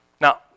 Now